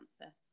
cancer